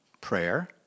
prayer